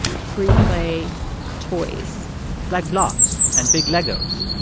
free-play toys like blocks and big legos.